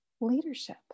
leadership